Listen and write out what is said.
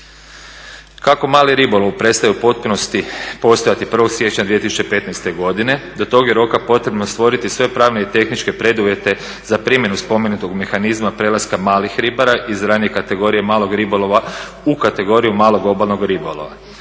Kako mali ribolov prestaje u potpunosti postojati 1. siječnja 2015. godine do tog je roka potrebno stvoriti sve pravne i tehničke preduvjete za primjenu spomenutog mehanizma prelaska malih ribara iz ranije kategorije malog ribolova u kategoriju malog obalnog ribolova.